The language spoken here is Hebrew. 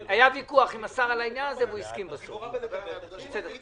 על ההסתייגויות שלך.